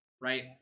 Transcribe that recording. right